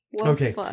Okay